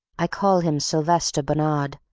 i call him silvester bonnard.